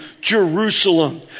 Jerusalem